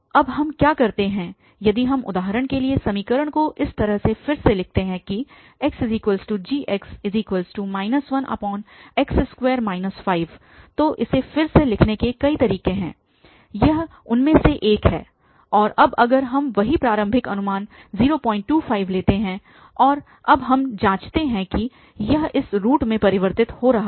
अब हम क्या करते हैं यदि हम उदाहरण के लिए समीकरण को इस तरह से फिर से लिखते हैं कि xgx 1x2 5 तो इसे फिर से लिखने के कई तरीके हैं यह उनमें से एक है और अब अगर हम वही प्रारंभिक अनुमान 025 लेते हैं और अब हम जांचते हैं कि यह इस रूट में परिवर्तित हो रहा है